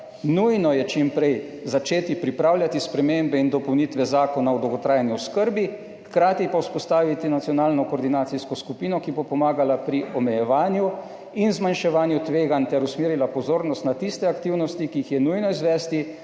"Nujno je čim prej začeti pripravljati spremembe in dopolnitve Zakona o dolgotrajni oskrbi, hkrati pa vzpostaviti nacionalno koordinacijsko skupino, ki bo pomagala pri omejevanju in zmanjševanju tveganj ter usmerila pozornost na tiste aktivnosti, ki jih je nujno izvesti,